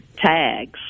tags